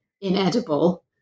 inedible